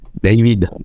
David